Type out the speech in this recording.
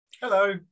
Hello